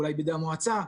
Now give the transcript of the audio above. אולי בידי המועצה,